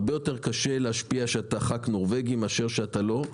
הרבה יותר קשה להשפיע כשאתה ח"כ נורבגי מאשר כשאתה לא,